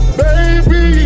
baby